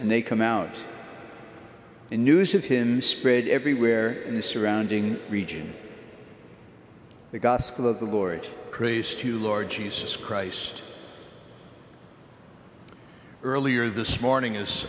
and they come out in news of him spread everywhere in the surrounding region the gospel of the boy priest to lord jesus christ earlier this morning